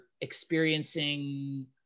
experiencing